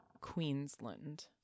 Queensland